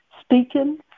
speaking